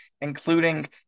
including